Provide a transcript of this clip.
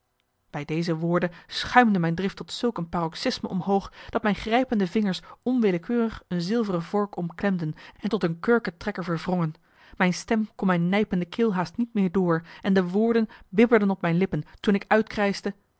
bij deze woorden schuimde mijn drift tot zulk een paroxysme omhoog dat mijn grijpende vingers onwillekeurig een zilveren vork omklemden en tot een kurketrekker verwrongen mijn stem kon mijn nijpende keel haast niet meer door en de woorden bibberden op mijn lippen toen ik uitkrijschte